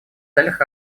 целях